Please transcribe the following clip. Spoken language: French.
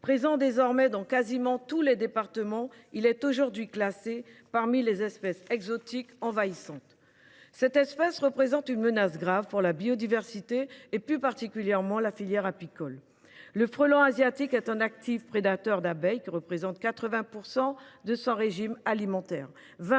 présent dans quasiment tous les départements, il est aujourd’hui classé parmi les espèces exotiques envahissantes. Cette espèce constitue une menace grave pour la biodiversité, en particulier pour la filière apicole. Le frelon asiatique est un prédateur actif des abeilles, lesquelles composent 80 % de son régime alimentaire,